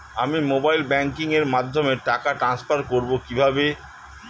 আমি mobile banking এর মাধ্যমে টাকা টান্সফার করব কিভাবে?